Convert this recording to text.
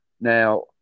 Now